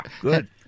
Good